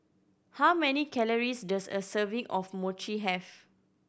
how many calories does a serving of Mochi have